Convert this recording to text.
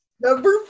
Number